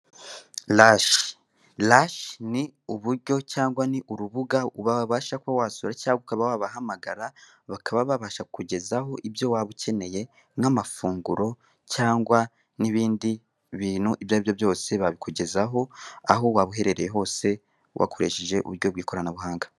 Rashi: Rashi ni uburyo cyangwa ni urubuga uba wabasha kuba wasura cyangwa ukaba wabahamagara bakaba babasha kukugezaho ibyo waba ukeneye nk'amafunguro cyangwa n'ibindi bintu ibyo aribyo byose, babikugezaho aho waba uherereye hose bakoresheje uburyo bw'ikoranabuhanga.